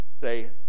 Say